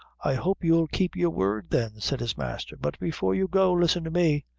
i hope you'll keep your word, then, said his master, but before you go, listen to me.